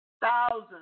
thousands